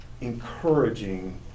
encouraging